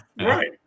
right